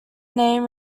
name